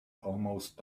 almost